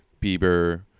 Bieber